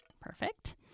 Perfect